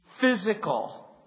physical